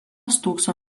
stūkso